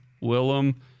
Willem